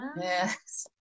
Yes